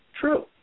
True